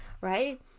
right